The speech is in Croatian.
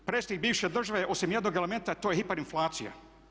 Predsjednik bivše države je osim jednog elementa, a to je hiperinflacija.